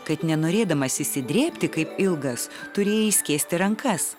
kad nenorėdamas išsidrėbti kaip ilgas turėjai išskėsti rankas